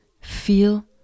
feel